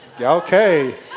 Okay